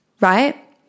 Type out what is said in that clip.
right